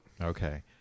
Okay